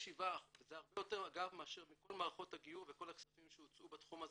זה הרבה יותר אגב מאשר בכל מערכות הגיור וכל הכספים שהוצאו בתחום הזה,